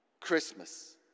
Christmas